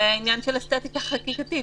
זה עניין של אסתטיקה חקיקתית.